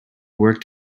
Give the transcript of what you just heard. worked